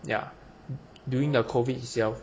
ya during the COVID itself